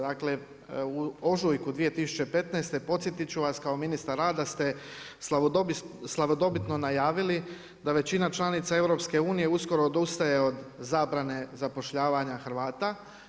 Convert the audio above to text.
Dakle, u ožujku 2015. podsjetit ću vas kao ministar rada ste slavodobitno najavili da većina članica EU uskoro odustaje od zabrane zapošljavanja Hrvata.